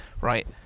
right